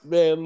Man